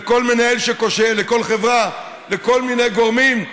לכל מנהל שכושל, לכל חברה, לכל מיני גורמים.